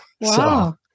Wow